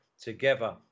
together